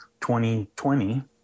2020